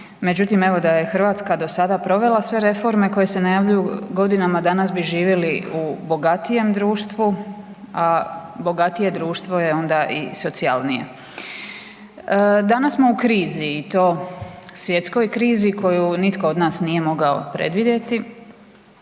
Međutim evo da je RH do sada provela sve reforme koje se najavljuju godinama, danas bi živjeli u bogatijem društvu, a bogatije društvo je onda i socijalnije. Danas smo u krizi i to svjetskoj krizi koju nitko od nas nije mogao predvidjeti,